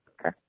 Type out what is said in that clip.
Okay